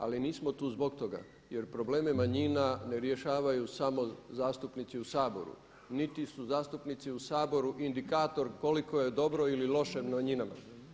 Ali nismo tu zbog toga jer probleme manjina ne rješavaju samo zastupnici u Saboru, niti su zastupnici u Saboru indikator koliko je dobro ili loše manjinama.